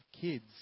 kids